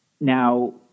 Now